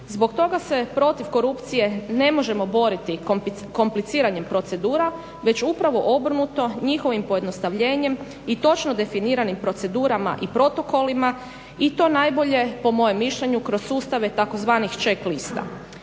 Zbog toga se protiv korupcije ne možemo boriti kompliciranjem procedura već upravo obrnuto njihovim pojednostavljenjem i točno definiranim procedurama i protokolima i to najbolje po mojem mišljenju kroz sustave tzv. check lista.